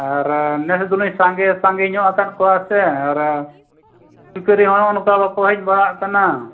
ᱟᱨ ᱱᱮᱥ ᱫᱚ ᱩᱱᱤ ᱥᱟᱸᱜᱮ ᱥᱟᱸᱜᱮ ᱧᱚᱜ ᱟᱠᱟᱫ ᱠᱚᱣᱟ ᱥᱮ ᱟᱨ ᱯᱟᱹᱭᱠᱟᱹᱨᱤ ᱦᱚᱸ ᱚᱱᱠᱟ ᱵᱟᱠᱚ ᱦᱮᱡ ᱵᱟᱲᱟᱜ ᱠᱟᱱᱟ